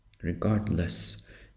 Regardless